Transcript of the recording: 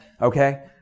Okay